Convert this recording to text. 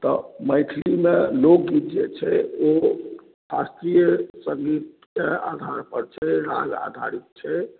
तऽ मैथिलिमे लोकगीत जे छै ओ शास्त्रीय सङ्गीतके आधार पर छै राग आधारीत छै